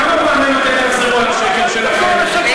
כמה פעמים אתם תחזרו על השקר שלכם?